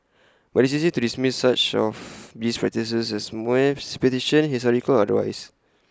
but IT is easy to dismiss much of these practices as mere superstition historical or otherwise